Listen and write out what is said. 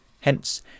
Hence